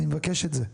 אני מבקש את זה.